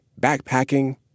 backpacking